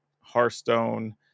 Hearthstone